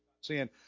sin